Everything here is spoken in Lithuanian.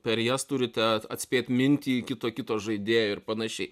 per jas turite atspėt mintį kito kito žaidėjo ir panašiai